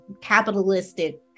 capitalistic